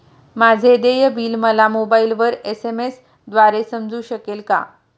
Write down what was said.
माझे देय बिल मला मोबाइलवर एस.एम.एस द्वारे समजू शकेल का?